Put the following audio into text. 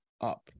up